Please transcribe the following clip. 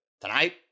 Tonight